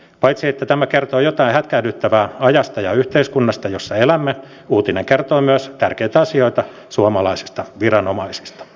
paitsi että tämä kertoo jotain hätkähdyttävää ajasta ja yhteiskunnasta jossa elämme uutinen kertoo myös tärkeitä asioita suomalaisista viranomaisista